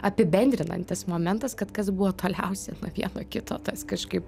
apibendrinantis momentas kad kas buvo toliausia nuo vieno kito tas kažkaip